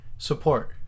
support